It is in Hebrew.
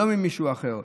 לא ממישהו אחר.